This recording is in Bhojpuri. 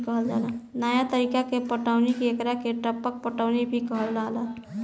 नया तरीका के पटौनी के एकरा के टपक पटौनी भी कहाला